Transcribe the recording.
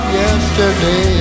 yesterday